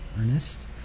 Ernest